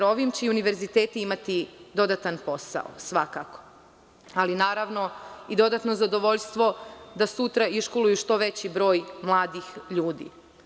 Ovim će univerziteti imati dodatan posao, svakako, ali naravno i dodatno zadovoljstvo da sutra iškoluju što veći broj mladih ljudi.